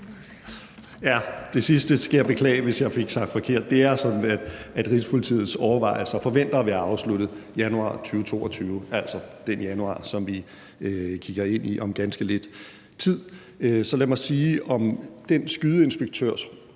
Det er sådan, at Rigspolitiets overvejelser forventer at være afsluttet januar 2022, altså den januar, som vi kigger ind i om ganske lidt tid. Så lad mig sige om den skydeinspektørs